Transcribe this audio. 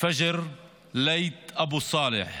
פג'ר ליית' אבו סאלח,